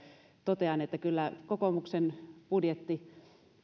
totean että kyllä kokoomuksen